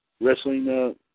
wrestling